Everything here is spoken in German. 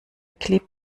klebt